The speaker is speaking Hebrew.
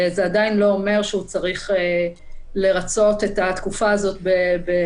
זה עדיין לא אומר שהוא צריך לרצות את התקופה הזאת במלונית.